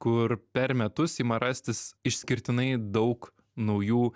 kur per metus ima rastis išskirtinai daug naujų